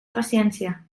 paciència